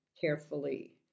carefully